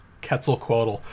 Quetzalcoatl